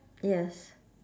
yes